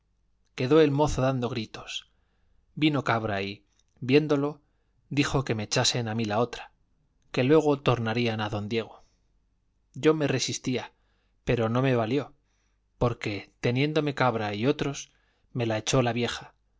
quedó el mozo dando gritos vino cabra y viéndolo dijo que me echasen a mí la otra que luego tornarían a don diego yo me resistía pero no me valió porque teniéndome cabra y otros me la echó la vieja